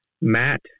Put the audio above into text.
Matt